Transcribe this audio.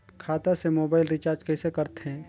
खाता से mobile recharge कइसे करथे